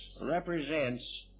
represents